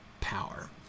power